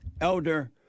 elder